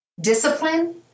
Discipline